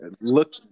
look